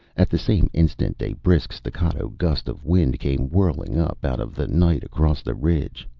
at the same instant, a brisk, staccato gust of wind came whirling up out of the night across the ridge.